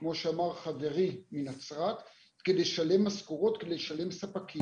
כמו שאמר חברי מנצרת, כדי לשלם משכורות וספקים.